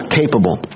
capable